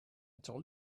told